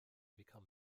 become